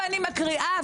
ואני מקריאה,